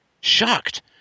shocked